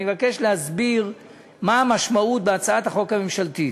אני מבקש להסביר מה המשמעות בהצעת החוק הממשלתית.